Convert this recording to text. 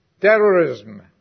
terrorism